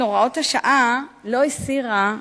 2. אם כן, מדוע אין הם נכללים בשיעור האבטלה בארץ?